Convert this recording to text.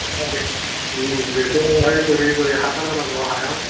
बेखौहाय बोरै बोरै हासार होनांगौ हायाव